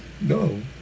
No